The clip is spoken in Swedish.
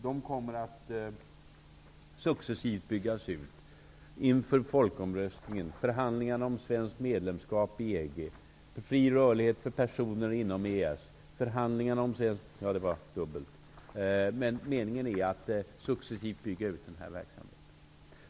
De kommer att successivt byggas ut inför folkomröstningen: Förhandlingarna om svenskt medlemskap i EG, Fri rörlighet för personer inom EES. Meningen är att successivt bygga ut den här verksamheten.